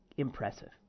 impressive